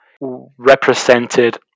represented